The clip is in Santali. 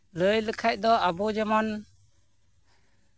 ᱞᱟᱹᱭ ᱞᱮᱠᱷᱟᱱ ᱫᱚ ᱟᱵᱚ ᱡᱮᱢᱚᱱ